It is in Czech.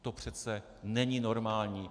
To přece není normální.